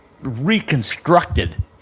reconstructed